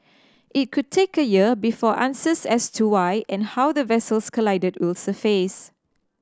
it could take a year before answers as to why and how the vessels collided will surface